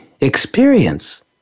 experience